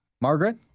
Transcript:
Margaret